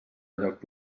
lloc